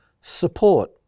support